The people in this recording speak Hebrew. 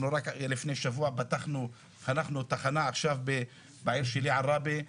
רק לפני שבוע חנכנו תחנה בעיר שלי, עראבה.